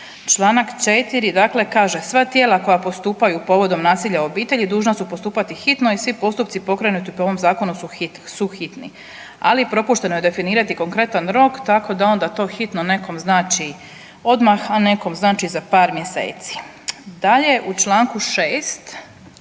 Čl. 4. kaže „sva tijela koja postupaju povodom nasilja u obitelji dužna su postupati hitno i svi postupci pokrenuti po ovom zakonu su hitni“., ali propušteno je definirati konkretan rok tako da onda to hitno nekom znači odmah, a nekom znači za par mjeseci. Dalje, u čl. 6.